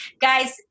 guys